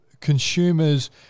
Consumers